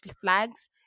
flags